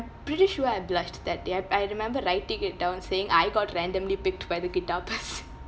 pretty sure I blushed that day I I remember writing it down saying I got randomly picked by the guitar person